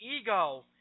ego